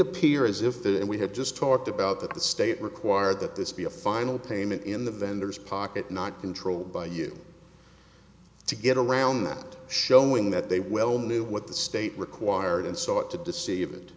appear as if that and we had just talked about that the state required that this be a final payment in the vendor's pocket not controlled by you to get around that showing that they well knew what the state required and sought to deceive it